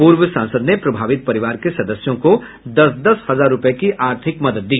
पूर्व सांसद ने प्रभावित परिवार के सदस्यों को दस दस हजार रूपये की आर्थिक मदद दी